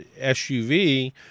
SUV